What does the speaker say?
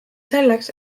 selleks